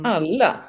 Alla